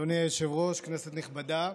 אדוני היושב-ראש, כנסת נכבדה,